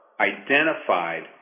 identified